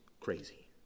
crazy